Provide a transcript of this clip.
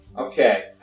Okay